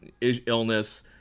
illness